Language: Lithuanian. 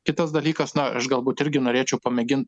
kitas dalykas na aš galbūt irgi norėčiau pamėgint